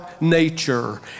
nature